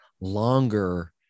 longer